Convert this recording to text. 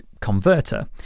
converter